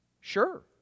Sure